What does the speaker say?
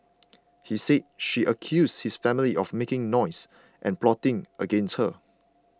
he said she accused his family of making noise and plotting against her